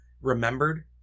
remembered